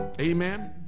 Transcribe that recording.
Amen